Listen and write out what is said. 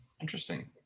Interesting